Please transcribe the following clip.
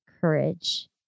courage